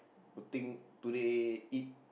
the thing today eat